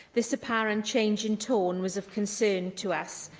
this apparent change in tone was of concern to us.